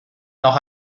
noch